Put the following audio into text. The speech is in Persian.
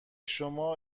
شما